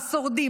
השורדים,